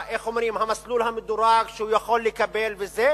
המסלול המדורג, שהוא יכול לקבל וכו',